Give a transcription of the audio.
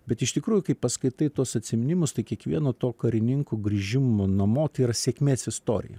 bet iš tikrųjų kai paskaitai tuos atsiminimus tai kiekvieno to karininkų grįžimo namo tai yra sėkmės istorija